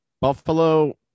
Buffalo